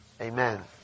Amen